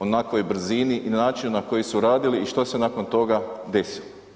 u onakvoj brzini i način na koji su radi i što se nakon toga desilo.